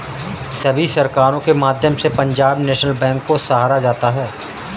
सभी सरकारों के माध्यम से पंजाब नैशनल बैंक को सराहा जाता रहा है